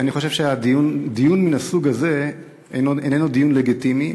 אני חושב שדיון מן הסוג הזה איננו דיון לגיטימי,